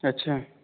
अच्छा